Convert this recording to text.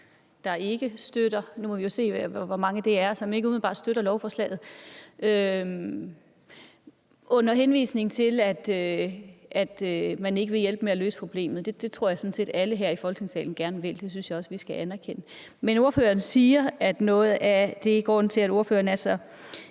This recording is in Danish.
der ikke støtter lovforslaget, og nu må vi jo se, hvor mange det er, som ikke umiddelbart støtter det. Med henvisning til at man ikke vil hjælpe med at løse problemet – men det tror jeg sådan set at alle her i Folketingssalen gerne vil, og det synes jeg også vi skal anerkende – siger ordføreren, at grunden til, at ordføreren er så